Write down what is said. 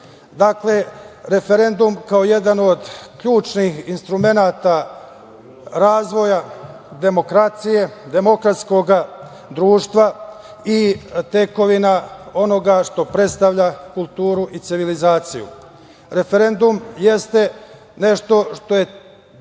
praksu. Dakle, referendum kao jedan od ključnih instrumenata razvoja demokratije, demokratskog društva i tekovina ono što predstavlja kulturu i civilizaciju. Referendum jeste nešto što je